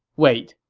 wait,